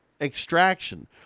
extraction